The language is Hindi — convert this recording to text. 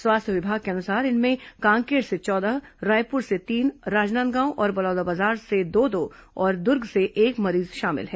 स्वास्थ्य विभाग के अनुसार इनमें कांकेर से चौदह रायपुर से तीन राजनांदगांव और बलौदाबाजार से दो दो और दुर्ग से एक मरीज शामिल है